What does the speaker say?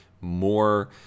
more